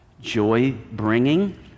joy-bringing